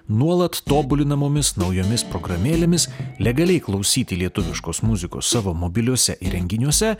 nuolat tobulinamomis naujomis programėlėmis legaliai klausyti lietuviškos muzikos savo mobiliuose įrenginiuose